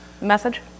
message